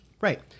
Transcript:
Right